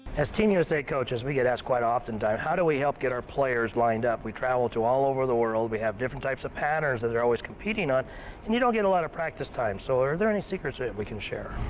as team usa coaches we get asked quite often time how do we help get our players lined up? we travel all over the world, we have different types of patterns that they're always competing on and you don't get a lot of practice time. so, are there any secrets that we can share?